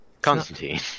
constantine